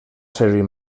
servir